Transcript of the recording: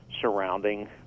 surrounding